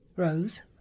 Rose